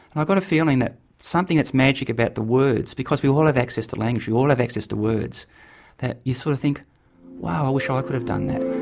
i've got a feeling that something that's magic about the words because we all have access to language, we all have access to words that you sort of think wow, i wish ah i could have done that.